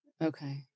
Okay